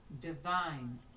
divine